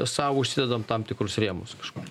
sau užsidedam tam tikrus rėmus kažkokiu